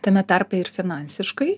tame tarpe ir finansiškai